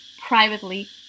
privately